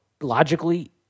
logically